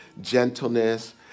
gentleness